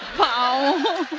wow!